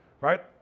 Right